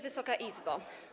Wysoka Izbo!